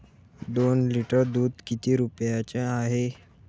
दोन लिटर दुध किती रुप्याचं हाये?